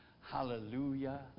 Hallelujah